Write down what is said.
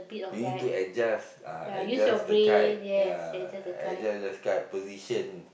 you need to adjust uh adjust the kite ya adjust the kite position